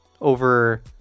over